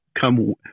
Come